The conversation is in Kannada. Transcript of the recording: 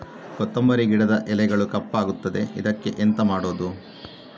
ಕೊತ್ತಂಬರಿ ಗಿಡದ ಎಲೆಗಳು ಕಪ್ಪಗುತ್ತದೆ, ಇದಕ್ಕೆ ಎಂತ ಮಾಡೋದು?